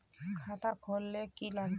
खाता खोल ले की लागबे?